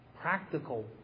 practical